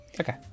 Okay